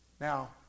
Now